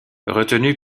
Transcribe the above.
retenu